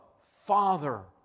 Father